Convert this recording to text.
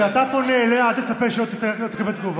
סליחה, כשאתה פונה אליה אל תצפה שלא תקבל תגובה.